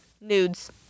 Nudes